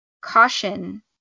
caution